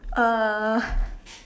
uh